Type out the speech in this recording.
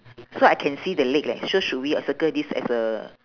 so I can see the leg leh so should we uh circle this as a